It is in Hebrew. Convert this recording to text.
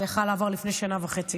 זה יכול היה לעבור כבר לפני שנה וחצי.